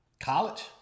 College